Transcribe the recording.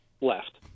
left